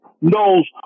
knows